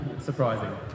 surprising